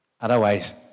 Otherwise